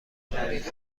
تاریخ